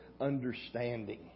understanding